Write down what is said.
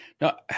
Now